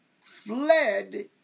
fled